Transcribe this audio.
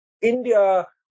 India